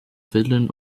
willen